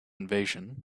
invasion